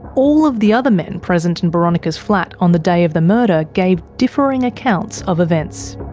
all of the other men present in boronika's flat on the day of the murder gave differing accounts of events.